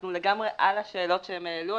אנחנו לגמרי עוסקים בשאלות שהם העלו,